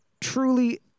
truly